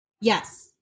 Yes